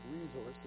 resources